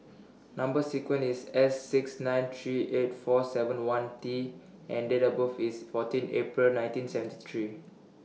Number sequence IS S six nine three eight four seven one T and Date of birth IS fourteen April nineteen seventy three